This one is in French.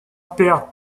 perdent